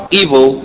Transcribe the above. evil